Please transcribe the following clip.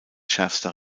schärfster